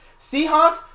Seahawks